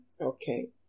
Okay